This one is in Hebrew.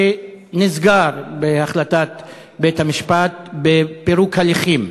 שנסגר בהחלטת בית-המשפט בפירוק הליכים.